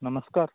नमस्कार